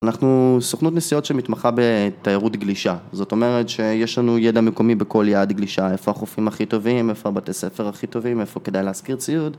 אנחנו סוכנות נסיעות שמתמחה בתיירות גלישה, זאת אומרת שיש לנו ידע מקומי בכל יעד גלישה, איפה החופים הכי טובים, איפה הבתי ספר הכי טובים, איפה כדאי להשכיר ציוד